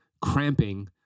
cramping